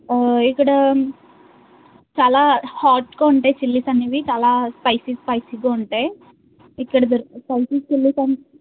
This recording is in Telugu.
ఇక్కడ చాలా హాట్గా ఉంటాయి చిల్లీస్ అనేవి చాలా స్పైసీ స్పైసీగా ఉంటాయి ఇక్కడ దొర్ స్పైసీ చిల్లీస్ అంటే